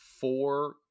four